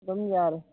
ꯑꯗꯨꯝ ꯌꯥꯔꯦ